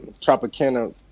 tropicana